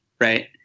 right